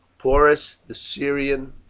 porus, the syrian,